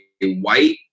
white